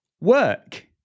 work